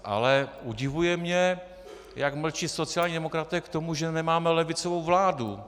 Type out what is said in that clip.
Ale udivuje mě, jak mlčí sociální demokraté k tomu, že nemáme levicovou vládu.